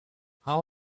how